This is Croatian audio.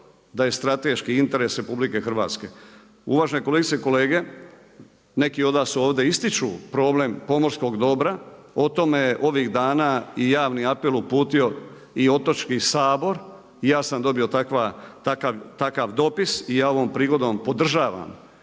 da je strateški interes RH. Uvažene kolegice i kolege, neki od vas su ovdje, ističu problem pomorskog dobra, o tome ovih dana i javni apel uputio i Otočki sabor, ja sam dobio takav dopis i ja ovom prigodom podržavam